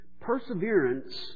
Perseverance